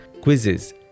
quizzes